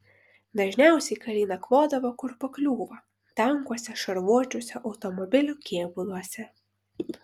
dažniausiai kariai nakvodavo kur pakliūva tankuose šarvuočiuose automobilių kėbuluose